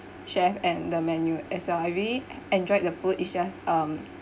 chef and the menu as well I really enjoyed the food it's just um